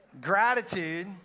gratitude